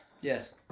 Yes